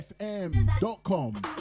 FM.com